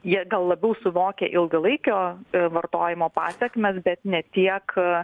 jie gal labiau suvokia ilgalaikio vartojimo pasekmes bet ne tiek